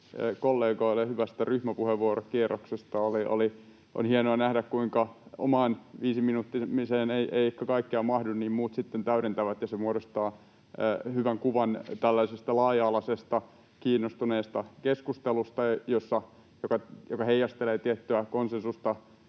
kollegoille hyvästä ryhmäpuheenvuorokierroksesta. On hienoa nähdä, että kun omaan viisiminuuttiseen ei ehkä kaikkea mahdu, niin muut sitten täydentävät, ja se muodostaa hyvän kuvan tällaisesta laaja-alaisesta, kiinnostuneesta keskustelusta, joka heijastelee tiettyä konsensusta,